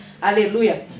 hallelujah